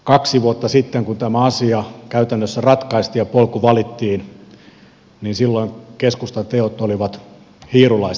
kaksi vuotta sitten kun tämä asia käytännössä ratkaistiin ja polku valittiin keskustan teot olivat hiirulaisten tekoja